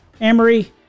Amory